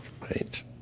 Right